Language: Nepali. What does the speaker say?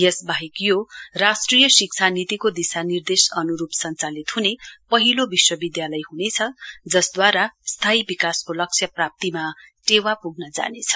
यसबाहेक यो राष्ट्रिय शिक्षा नीतिको दिशानिर्देश अन्रूप सञ्चालित हने पहिलो विश्वविद्यालय हनेछ जसद्वारा स्थायी विकासको लक्ष्य प्राप्तिमा टेवा प्ग्न जानेछ